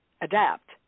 adapt